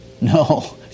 No